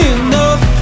enough